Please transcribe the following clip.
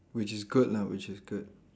which is good lah which is good